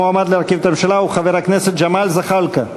המועמד להרכיב את הממשלה הוא חבר הכנסת ג'מאל זחאלקה.